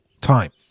time